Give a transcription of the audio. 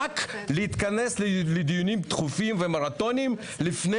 רק להתכנס לדיונים דחופים ומרתוניים לפני